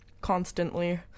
constantly